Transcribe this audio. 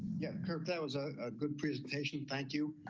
yeah, correct. that was a ah good presentation. thank you.